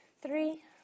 Three